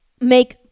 make